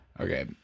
Okay